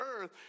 earth